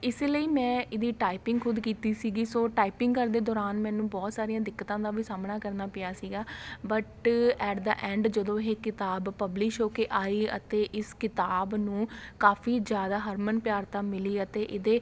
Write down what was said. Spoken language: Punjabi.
ਇਸ ਲਈ ਮੈਂ ਇਹਦੀ ਟਾਇਪਿੰਗ ਖੁਦ ਕੀਤੀ ਸੀਗੀ ਸੋ ਟਾਇਪਿੰਗ ਕਰਦੇ ਦੌਰਾਨ ਮੈਨੂੰ ਬਹੁਤ ਸਾਰੀਆਂ ਦਿੱਕਤਾਂ ਦਾ ਵੀ ਸਾਹਮਣਾ ਕਰਨਾ ਪਿਆ ਸੀਗਾ ਬਟ ਐਟ ਦਾ ਐਂਡ ਜਦੋਂ ਇਹ ਕਿਤਾਬ ਪਬਲਿਸ਼ ਹੋ ਕੇ ਆਈ ਅਤੇ ਇਸ ਕਿਤਾਬ ਨੂੰ ਕਾਫੀ ਜ਼ਿਆਦਾ ਹਰਮਨ ਪਿਆਰਤਾ ਮਿਲੀ ਅਤੇ ਇਹਦੇ